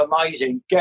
amazing